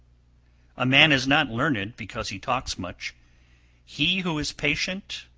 a man is not learned because he talks much he who is patient,